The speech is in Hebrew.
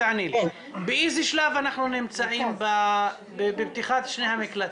באיזה שלב אנחנו נמצאים בפתיחת שני המקלטים?